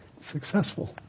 successful